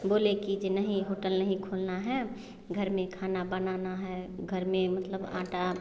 बोले की जे नहीं होटल नहीं खोलना है घर में खाना बनाना है घर में मतलब आटा